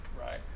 right